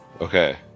Okay